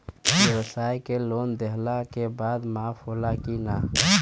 ब्यवसाय के लोन लेहला के बाद माफ़ होला की ना?